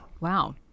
Wow